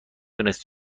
دونست